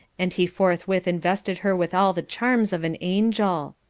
and he forthwith invested her with all the charms of an angel.